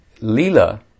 lila